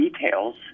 details